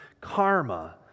karma